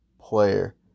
player